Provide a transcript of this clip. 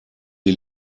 die